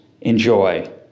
Enjoy